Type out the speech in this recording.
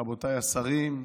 רבותיי השרים,